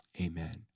amen